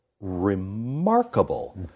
Remarkable